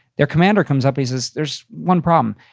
their commander comes up, he says, there's one problem.